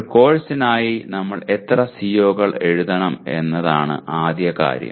ഒരു കോഴ്സിനായി നമ്മൾ എത്ര സിഒകൾ എഴുതണം എന്നതാണ് ആദ്യ കാര്യം